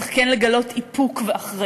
צריך כן לגלות איפוק ואחריות,